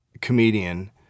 comedian